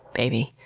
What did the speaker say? baby!